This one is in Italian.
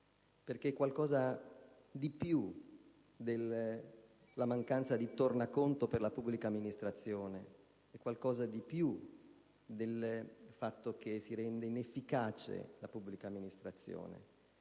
perché è qualcosa di più della mancanza di tornaconto per la pubblica amministrazione, è qualcosa di più del fatto che si rende inefficace la pubblica amministrazione: